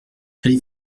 allez